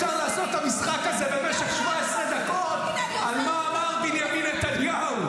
אפשר לעשות את המשחק הזה במשך 17 דקות על מה אמר בנימין נתניהו,